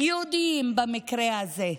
יהודיים, במקרה הזה.